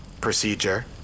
Procedure